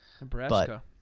Nebraska